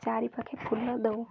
ଚାରିପାଖେ ଫୁଲ ଦଉ